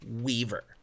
Weaver